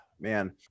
man